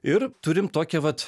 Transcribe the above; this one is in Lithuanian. ir turim tokią vat